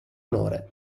onore